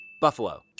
buffalo